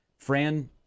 Fran